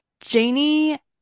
Janie